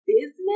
business